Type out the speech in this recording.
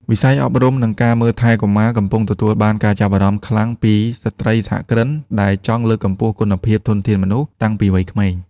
វិស័យអប់រំ និងការមើលថែកុមារកំពុងទទួលបានការចាប់អារម្មណ៍ខ្លាំងពីស្ត្រីសហគ្រិន ដែលចង់លើកកម្ពស់គុណភាពធនធានមនុស្សតាំងពីវ័យក្មេង។